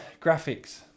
graphics